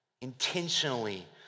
Intentionally